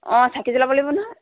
অঁ চাকি জ্বলাব লাগিব নহয়